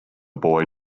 boy